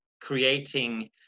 creating